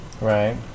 Right